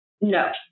no